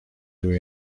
روی